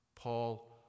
Paul